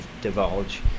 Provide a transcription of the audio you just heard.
divulge